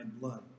blood